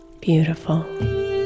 beautiful